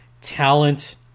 talent